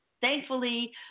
thankfully